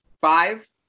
five